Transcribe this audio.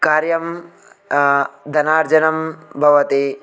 कार्यं धनार्जनं भवति